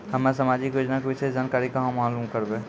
हम्मे समाजिक योजना के विशेष जानकारी कहाँ मालूम करबै?